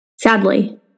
Sadly